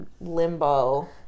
limbo